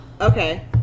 okay